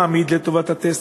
שמעמיד את רכבו לטובת הטסטר,